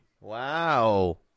Wow